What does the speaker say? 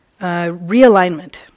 Realignment